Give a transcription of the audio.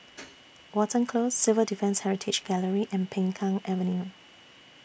Watten Close Civil Defence Heritage Gallery and Peng Kang Avenue